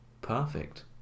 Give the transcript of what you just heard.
perfect